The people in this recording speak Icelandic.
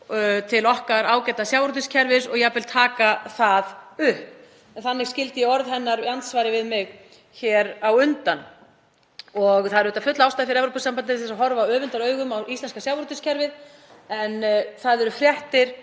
til okkar ágæta sjávarútvegskerfis og jafnvel taka það upp. Þannig skildi ég orð hennar í andsvari við mig hér á undan. Það er auðvitað full ástæða fyrir Evrópusambandið til þess að horfa öfundaraugum á íslenska sjávarútvegskerfið. En það eru fréttir